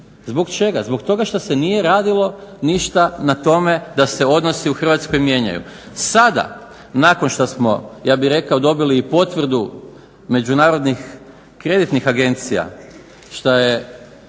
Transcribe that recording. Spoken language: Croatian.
Zbog čega? Zbog toga što se nije radilo ništa na tome da se odnosi u Hrvatskoj mijenjaju. Sada nakon što smo ja bih rekao dobili i potvrdu međunarodnih kreditnih agencija šta je